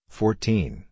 fourteen